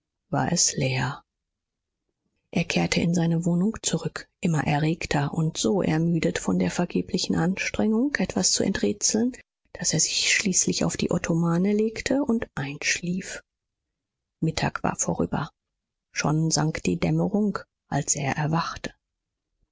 war es leer er kehrte in seine wohnung zurück immer erregter und so ermüdet von der vergeblichen anstrengung etwas zu enträtseln daß er sich schließlich auf die ottomane legte und einschlief mittag war vorüber schon sank die dämmerung als er erwachte